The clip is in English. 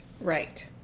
Right